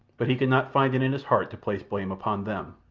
but he could not find it in his heart to place blame upon them.